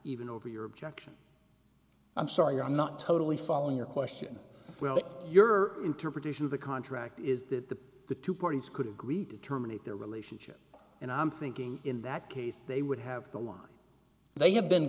even over your objection i'm sorry i'm not totally following your question well but your interpretation of the contract is that the two parties could agree to terminate their relationship and i'm thinking in that case they would have the one they have been